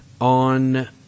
on